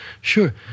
Sure